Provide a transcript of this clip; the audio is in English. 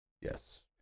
Yes